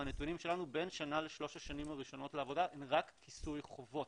מהנתונים שלנו בין שנה לשלוש השנים הראשונות לעבודה הן רק כיסוי חובות,